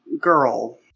girl